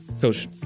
Coach